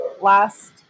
last